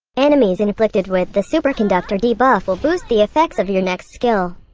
enemies inflicted with the superconductor debuff will boost the effects of your next skill.